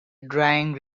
drying